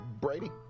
Brady